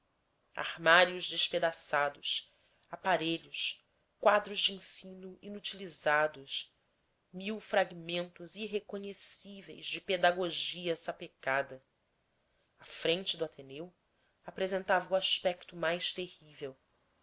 armários despedaçados aparelhos quadros de ensino inutilizados mil fragmentos irreconhecíveis de pedagogia sapecada a frente do ateneu apresentava o aspecto mais terrível